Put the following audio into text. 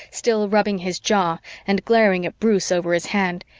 still rubbing his jaw and glaring at bruce over his hand,